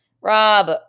Rob